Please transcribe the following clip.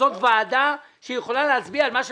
זאת ועדה שיכולה להצביע על מה שבסמכותה.